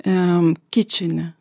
em kičinė